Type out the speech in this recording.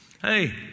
Hey